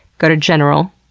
go to general,